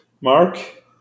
Mark